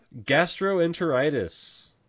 gastroenteritis